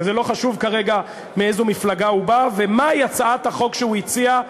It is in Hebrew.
וזה לא חשוב כרגע מאיזו מפלגה הוא בא ומהי הצעת החוק שהוא הציע.